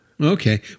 Okay